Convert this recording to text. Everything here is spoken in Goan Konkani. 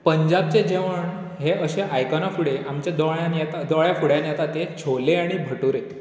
पंजाबचें जेवण हें अशें आयकना फुडें आमच्या दोळ्यांत येता दोळ्या फुड्यान येता तें छोले आनी भटूरे